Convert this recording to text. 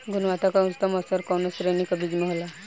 गुणवत्ता क उच्चतम स्तर कउना श्रेणी क बीज मे होला?